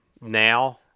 now